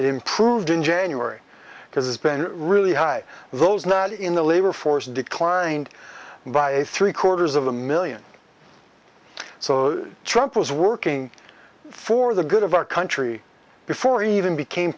improved in january has been really high those not in the labor force declined by three quarters of a million so trump was working for the good of our country before he even became